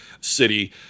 city